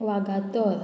Vagator